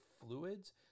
fluids